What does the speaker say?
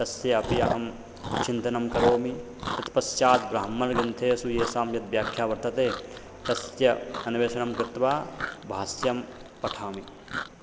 तस्य अपि अहं चिन्तनं करोमि तत्पश्चात् ब्राह्मणग्रन्थेषु येषां यद् व्याख्या वर्तते तस्य अन्वेषणं कृत्वा भाष्यं पठामि